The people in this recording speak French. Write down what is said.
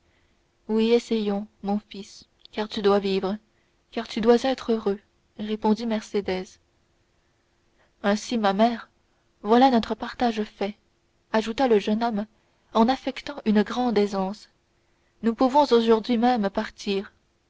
oui essayons mon fils car tu dois vivre car tu dois être heureux répondit mercédès ainsi ma mère voilà notre partage fait ajouta le jeune homme en affectant une grande aisance nous pouvons aujourd'hui même partir